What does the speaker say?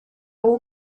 guk